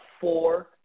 four